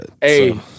Hey